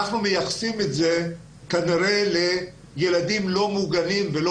אנחנו מייחסים את זה כנראה לילדים לא מוגנים ולא